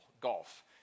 golf